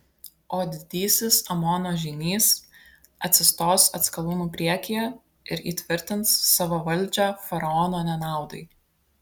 o didysis amono žynys atsistos atskalūnų priekyje ir įtvirtins savo valdžią faraono nenaudai